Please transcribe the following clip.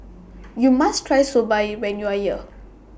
YOU must Try Soba when YOU Are here